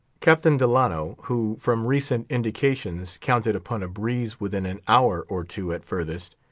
captain delano, who, from recent indications, counted upon a breeze within an hour or two at furthest,